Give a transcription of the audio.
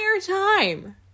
time